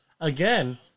Again